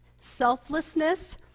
selflessness